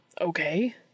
okay